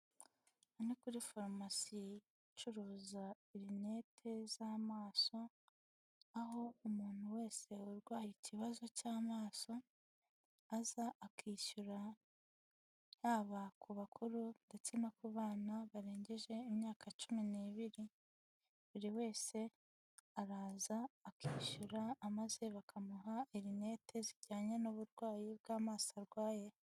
Ni kuri farumasi icuruza rinete z'amaso, aho umuntu wese urwaye ikibazo cy'amaso aza akishyura; haba ku bakuru ndetse no ku bana barengeje imyaka cumi n'ibiri, buri wese araza akishyura maze bakamuha rinete zijyanye n'uburwayi bw'amaso arwaye.